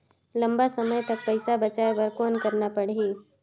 लंबा समय तक पइसा बचाये बर कौन करना पड़ही?